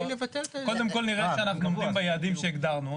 קודם כל נראה שאנחנו עומדים ביעדים שהגדרנו.